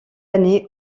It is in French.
année